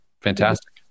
Fantastic